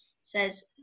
says